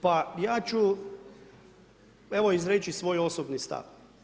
Pa ja ću, evo, izreći svoje osobni stav.